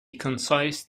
concise